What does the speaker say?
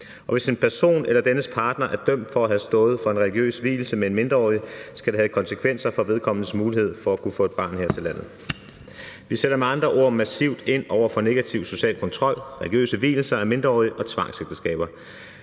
og hvis en person eller dennes partner er dømt for at have stået for en religiøs vielse af en mindreårig, skal det have konsekvenser for vedkommendes mulighed for at kunne få et barn her til landet. Vi sætter med andre ord massivt ind over for negativ social kontrol, religiøse vielser af mindreårige og tvangsægteskaber.